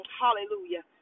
hallelujah